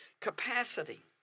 capacity